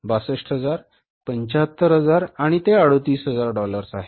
62000 75000 आणि ते 38000 डॉलर्स आहे